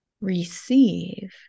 receive